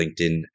LinkedIn